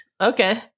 Okay